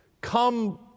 come